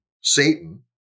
Satan